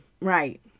right